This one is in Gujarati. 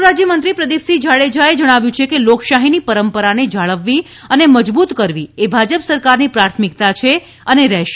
ગૃહ રાજ્યમંત્રી પ્રદીપસિંહ જાડેજાએ જણાવ્યું છે કે લોકશાહીની પરંપરાને જાળવવી અને મજબૂત કરવી એ ભાજપ સરકારની પ્રાથમિકતા છે અને રહેશે